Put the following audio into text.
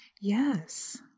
Yes